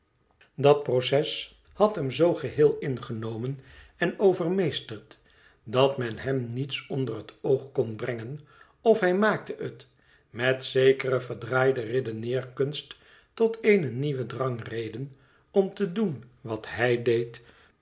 dat proces had hem zoo geheel ingenomen en overmeesterd dat men hem niets onder het oog kon brengen of hij maakte het met zekere verdraaide redeneerkunst tot eene nieuwe drangreden om te doen wat hij deed